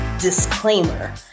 Disclaimer